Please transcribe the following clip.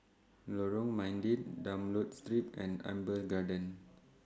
Lorong Mydin Dunlop Street and Amber Gardens